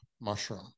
mushroom